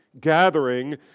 gathering